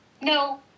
No